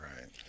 Right